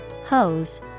hose